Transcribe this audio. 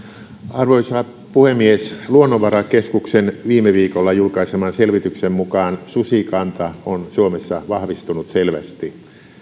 arvoisa puhemies luonnonvarakeskuksen viime viikolla julkaiseman selvityksen mukaan susikanta on suomessa vahvistunut selvästi